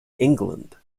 england